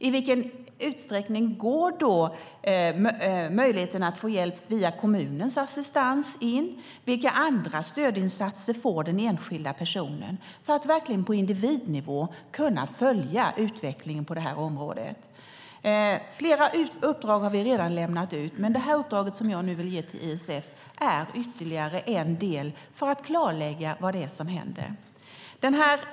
I vilken utsträckning går möjligheten att få hjälp via kommunens assistans in? Vilka andra stödinsatser får den enskilda personen? Det handlar om att på individnivå kunna följa utvecklingen på detta område. Flera uppdrag har vi redan lämnat ut, men det uppdrag jag nu vill ge till ISF är ytterligare en del för att klarlägga vad det är som händer.